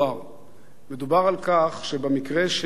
מדובר על כך שבמקרה של